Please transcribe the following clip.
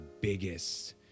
biggest